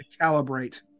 calibrate